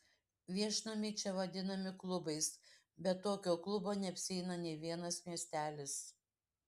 viešnamiai čia vadinami klubais be tokio klubo neapsieina nė vienas miestelis